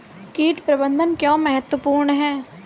कीट प्रबंधन क्यों महत्वपूर्ण है?